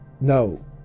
No